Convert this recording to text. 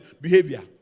behavior